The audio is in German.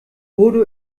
urdu